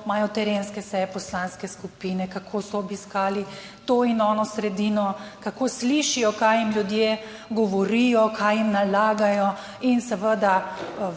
kako imajo terenske seje poslanske skupine, kako so obiskali to in ono sredino, kako slišijo kaj jim ljudje govorijo, kaj jim nalagajo in seveda